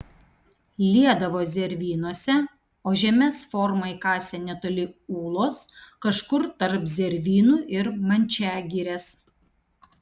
liedavo zervynose o žemes formai kasė netoli ūlos kažkur tarp zervynų ir mančiagirės